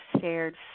shared